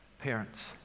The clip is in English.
parents